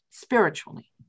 Spiritually